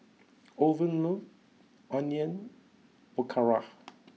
Owen loves Onion Pakora